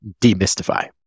demystify